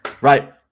Right